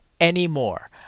anymore